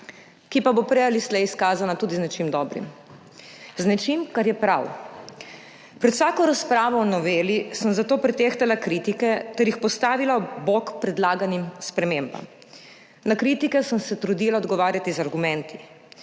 ki pa bo prej ali slej izkazana tudi z nečim dobrim, z nečim, kar je prav. Pred vsako razpravo o noveli sem zato pretehtala kritike ter jih postavila ob bok predlaganim spremembam. Na kritike sem se trudila odgovarjati z argumenti,